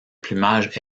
plumage